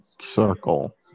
circle